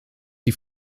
die